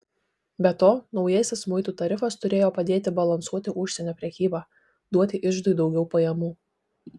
be to naujasis muitų tarifas turėjo padėti balansuoti užsienio prekybą duoti iždui daugiau pajamų